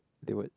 they would